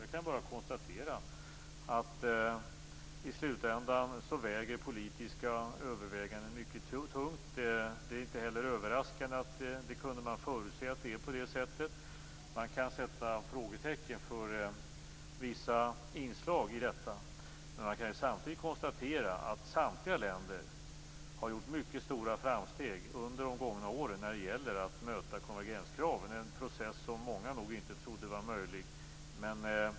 Jag kan bara konstatera att i slutänden väger politiska överväganden mycket tungt. Det är inte heller överraskande. Man kunde förutse att det skulle vara på det sättet. Man kan sätta frågetecken för vissa inslag i detta. Men man kan samtidigt konstatera att samtliga länder har gjort mycket stora framsteg under de gångna åren när det gäller att möta konvergenskraven - en process som många nog inte trodde var möjlig.